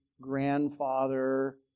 grandfather